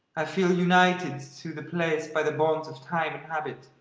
i feel united to the place by the bonds of time and habit.